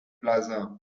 plaza